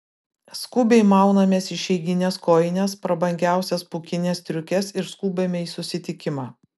skubiai maunamės išeigines kojines prabangiausias pūkines striukes ir skubame į susitikimą